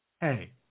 Hey